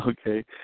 okay